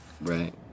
Right